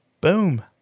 Boom